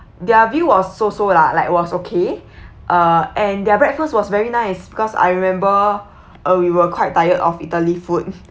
their view was so so lah like was okay uh and their breakfast was very nice because I remember uh we were quite tired of italy food